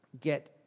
get